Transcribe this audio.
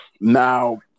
Now